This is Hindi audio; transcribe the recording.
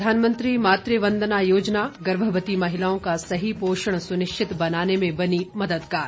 प्रधानमंत्री मातृ वंदना योजना गर्भवती महिलाओं का सही पोषण सुनिश्चित बनाने में बनी मददगार